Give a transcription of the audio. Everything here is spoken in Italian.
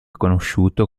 conosciuto